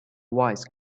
wise